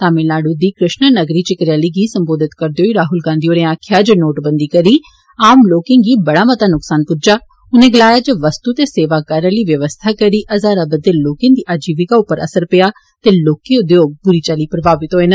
तामिलनाडू दी कृष्णानगरी च इक रैली गी संबोधत करदे होई राहुल गांधी होरें आक्खेआ जे नोटबंदी करी आम लोकें गी बड़ा मता नसकान पुज्जा उनें गलाया जे वस्तु ते सेवा कर आली बवस्था करी ज्हारें बद्वे लोकें दी आजीविका ते लौहके उद्योग बुरी चाल्ली प्रभावत होए न